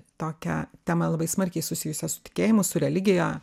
tokią temą labai smarkiai susijusią su tikėjimu su religija